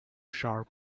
sharp